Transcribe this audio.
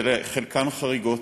חלקן חריגות.